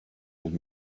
old